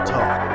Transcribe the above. Talk